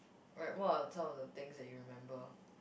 like what are some of the things that you remember